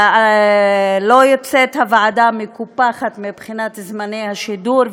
הוועדה לא יוצאת מקופחת מבחינת זמני השידור,